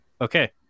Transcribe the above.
Okay